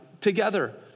together